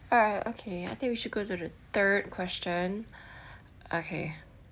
alright okay I think we should go to the third question okay